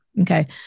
okay